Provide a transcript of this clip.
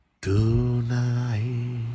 tonight